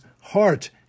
heart